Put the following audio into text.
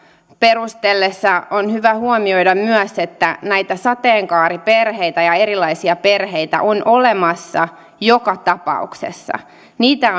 perustellessa on hyvä huomioida myös että näitä sateenkaariperheitä ja erilaisia perheitä on olemassa joka tapauksessa niitä